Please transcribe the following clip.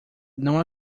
não